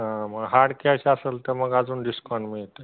हां मग hard cash असेल तर मग अजून डिस्काउंट मिळते